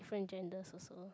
different genders also